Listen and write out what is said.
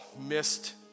missed